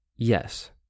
Yes